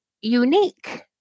unique